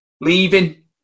leaving